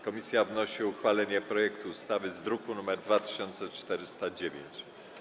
Komisja wnosi o uchwalenie projektu ustawy z druku nr 2409.